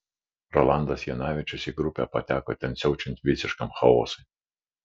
rolandas janavičius į grupę pateko ten siaučiant visiškam chaosui